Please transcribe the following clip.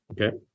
Okay